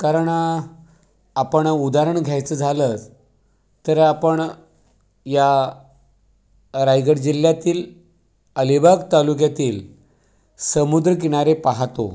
कारण आपण उदाहरण घ्यायचं झालंच तर आपण या रायगड जिल्ह्यातील अलीबाग तालुक्यातील समुद्रकिनारे पाहतो